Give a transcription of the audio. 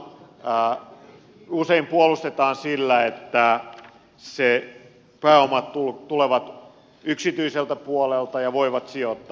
ydinvoimaa usein puolustetaan sillä että pääomat tulevat yksityiseltä puolelta ja yksityiset voivat sijoittaa